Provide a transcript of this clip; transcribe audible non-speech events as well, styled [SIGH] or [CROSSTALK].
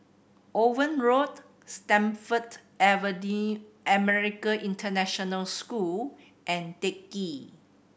Owen Road Stamford [UNINTELLIGIBLE] American International School and Teck Ghee